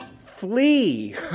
flee